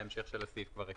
את המשך של הסעיף כבר הקראתי.